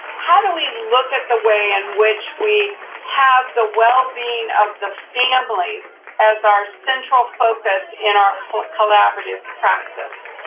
how do we look at the way in which we have the well-being of the family as our central focus in our collaborative practice?